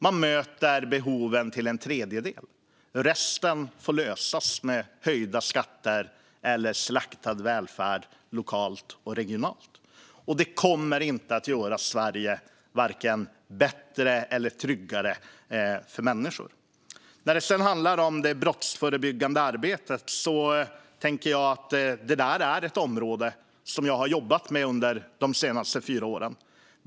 Man möter behoven till en tredjedel, men resten får lösas med höjda skatter eller slaktad välfärd lokalt och regionalt. Det kommer inte att göra Sverige bättre eller tryggare för människor. Det brottsförebyggande arbetet är ett område som jag har jobbat med under de senaste fyra åren.